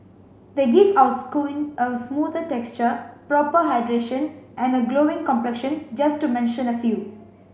they give our a smoother texture proper hydration and a glowing complexion just to mention a few